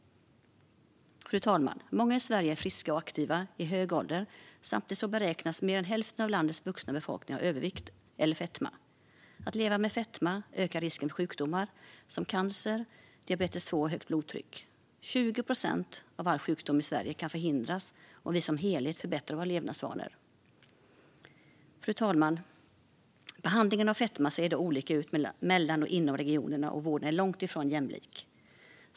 Fru talman! Många i Sverige är friska och aktiva i hög ålder, men samtidigt beräknas mer än hälften av landets vuxna befolkning ha övervikt eller fetma. Att leva med fetma ökar risken för sjukdomar som cancer, diabetes typ 2 och högt blodtryck. Om vi som helhet förbättrar våra levnadsvanor kan 20 procent av all sjukdom i Sverige förhindras. Behandlingen av fetma ser i dag olika ut mellan och inom regionerna, och vården är långt ifrån jämlik.